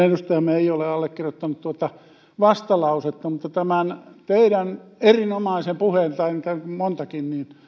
edustaja ei ole allekirjoittanut tuota vastalausetta mutta tämän teidän erinomaisen puheenne tai on niitä montakin